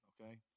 okay